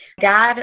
dad